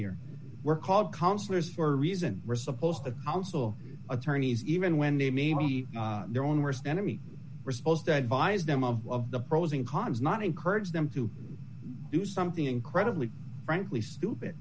here we're called counselors for reason we're supposed to counsel attorneys even when they may be their own worst enemy we're supposed to advise them of the pros and cons not encourage them to do something incredibly frankly stupid